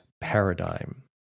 paradigm